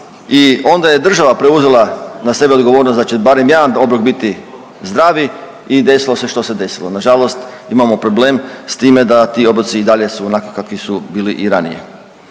i onda je država preuzela na sebe odgovornost da će barem jedan obrok biti zdravi i desilo se što se desilo. Nažalost, imamo problem s time da ti obroci i dalje su onakvi kakvi su bili i ranije.